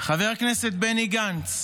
למשל, חבר הכנסת בני גנץ.